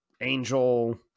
angel